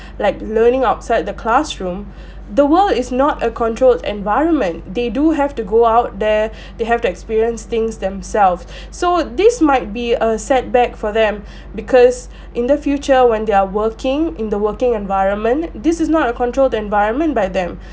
like learning outside the classroom the world is not a controlled environment they do have to go out there they have to experience things themselves so this might be a setback for them because in the future when they're working in the working environment this is not a controlled environment by them